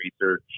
research